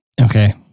Okay